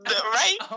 right